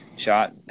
Shot